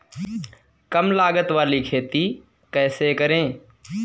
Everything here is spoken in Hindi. कम लागत वाली खेती कैसे करें?